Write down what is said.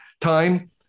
time